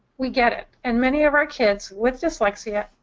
we get it. and many of our kids with dyslexia,